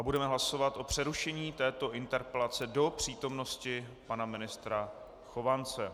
Budeme hlasovat o přerušení této interpelace do přítomnosti pana ministra Chovance.